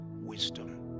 wisdom